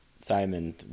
Simon